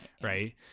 right